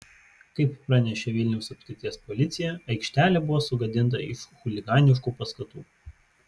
kaip pranešė vilniaus apskrities policija aikštelė buvo sugadinta iš chuliganiškų paskatų